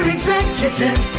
Executive